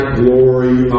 glory